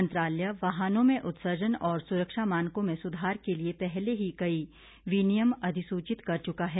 मंत्रालय वाहनों में उत्सर्जन और सुरक्षा मानकों में सुधार के लिए पहले ही कई विनियम अधिसूचित कर चुका है